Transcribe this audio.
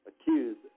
accused